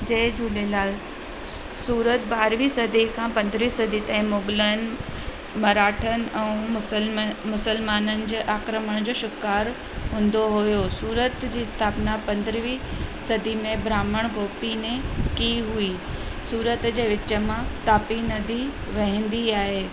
जय झूलेलाल सु सूरत ॿारहीं सदी खां पंदरहीं सदी ताईं मुग़लनि मराठनि ऐं मुसलम मुसलिमाननि जे आक्रमण जो शिकारु हूंदो हुयो सूरत जी स्थापना पंदरहीं सदी में ब्राम्हण गोपी ने की हुई सूरत जे विच मां तापी नदी वहंदी आहे